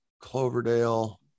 Cloverdale